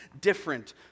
different